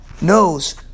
knows